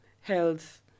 health